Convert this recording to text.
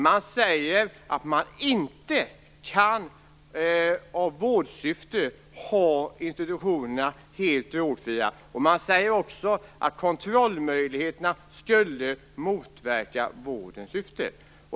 Man säger ju att man i vårdsyfte inte kan ha institutionerna helt drogfria och att kontrollmöjligheterna skulle motverka vårdens syfte.